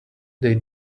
they